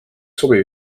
sobiv